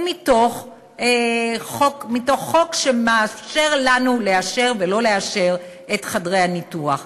ומתוך חוק שמאפשר לנו לאשר ולא לאשר את חדרי הניתוח.